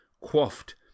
quaffed